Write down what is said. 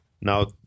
now